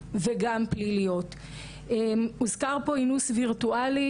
של כל מה שקורה בעולם הטכנולוגי היא חשובה.